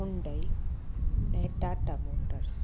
Hyundai ऐं Tata Motors